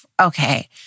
okay